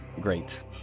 Great